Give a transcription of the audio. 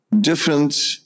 Different